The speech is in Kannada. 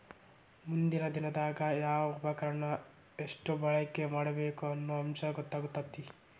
ಮುಂದಿನ ದಿನದಾಗ ಯಾವ ಉಪಕರಣಾನ ಎಷ್ಟ ಬಳಕೆ ಮಾಡಬೇಕ ಅನ್ನು ಅಂಶ ಗೊತ್ತಕ್ಕತಿ